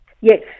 Yes